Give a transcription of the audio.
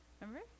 Remember